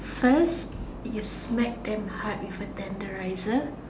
first you smack damn hard with a tenderizer